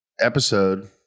episode